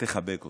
תחבק אתכם.